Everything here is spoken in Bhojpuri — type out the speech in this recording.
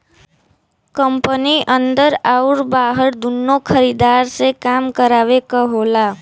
कंपनी अन्दर आउर बाहर दुन्नो खरीदार से काम करावे क होला